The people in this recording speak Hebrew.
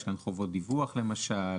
יש כאן חובות דיווח למשל,